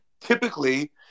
typically